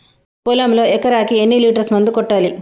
పొలంలో ఎకరాకి ఎన్ని లీటర్స్ మందు కొట్టాలి?